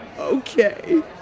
Okay